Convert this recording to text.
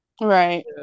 Right